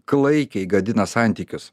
klaikiai gadina santykius